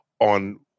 on